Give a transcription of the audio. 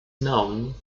known